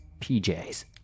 PJs